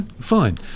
fine